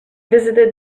visited